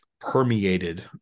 permeated